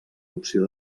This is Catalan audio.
opció